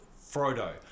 Frodo